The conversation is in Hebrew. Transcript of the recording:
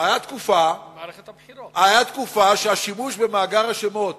היתה תקופה שהשימוש במאגר השמות